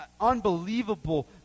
unbelievable